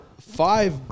five